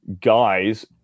guys